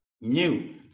new